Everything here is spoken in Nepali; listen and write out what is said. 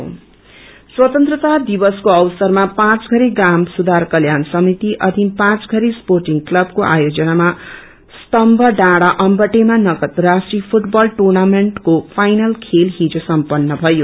फूटवल स्वतंत्रता दिवसको अवसरमा पाँचघरे ग्राम सुधार कल्याण समिति अधिन पाँचघरे स्पोध्टङ क्लबाको आयोजनामा स्तम्प डाँडा अम्बोटेमा नगद राशि फूटबल टुनमिण्टको फाइनल खेल हिजो सम्पन्न भयो